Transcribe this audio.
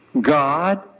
God